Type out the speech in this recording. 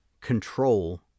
control